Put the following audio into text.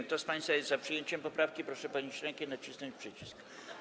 Kto z państwa jest za przyjęciem poprawki, proszę podnieść rękę i nacisnąć przycisk.